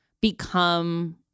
become